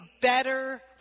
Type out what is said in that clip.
better